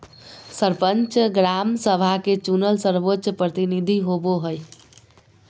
सरपंच, ग्राम सभा के चुनल सर्वोच्च प्रतिनिधि होबो हइ